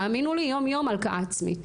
האמינו לי, יום-יום הלקאה עצמית.